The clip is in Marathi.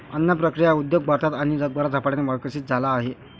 अन्न प्रक्रिया उद्योग भारतात आणि जगभरात झपाट्याने विकसित झाला आहे